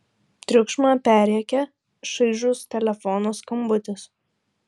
triukšmą perrėkia šaižus telefono skambutis